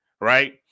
right